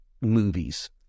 movies